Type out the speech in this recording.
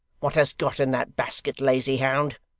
what hast got in that basket, lazy hound